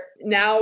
now